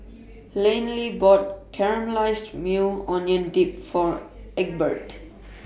Laney bought Caramelized Maui Onion Dip For Egbert